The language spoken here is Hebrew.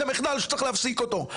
זה מחדל שצריך להפסיק אותו.